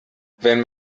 wenn